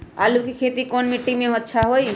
आलु के खेती कौन मिट्टी में अच्छा होइ?